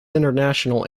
international